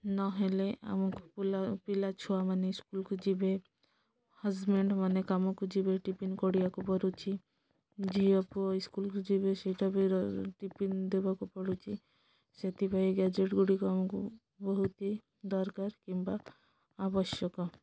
ନହେଲେ ଆମକୁ ପିଲା ଛୁଆମାନେ ସ୍କୁଲ୍କୁ ଯିବେ ହଜବ୍ୟାଣ୍ଡ୍ ମାନେ କାମକୁ ଯିବେ ଟିଫିନ୍ କରିବାକୁ ପଡ଼ୁଛି ଝିଅ ପୁଅ ଇସ୍କୁଲ୍କୁ ଯିବେ ସେଇଟା ବି ଟିଫିନ୍ ଦେବାକୁ ପଡ଼ୁଛି ସେଥିପାଇଁ ଗ୍ୟାଜେଟ୍ ଗୁଡ଼ିକ ଆମକୁ ବହୁତ ଦରକାର କିମ୍ବା ଆବଶ୍ୟକ